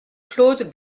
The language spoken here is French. claude